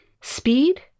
speed